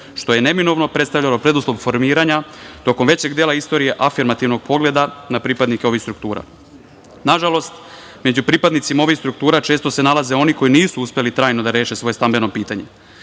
što je neminovno predstavljalo preduslov formiranja tokom većeg dela istorije afirmativnog pogleda na pripadnike ovih struktura. Nažalost, među pripadnicima ovih struktura često se nalaze oni koji nisu uspeli trajno da reše svoje stambeno pitanje.